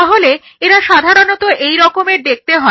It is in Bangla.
তাহলে এরা সাধারণত এই রকমের দেখতে হয়